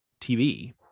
TV